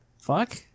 Fuck